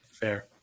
Fair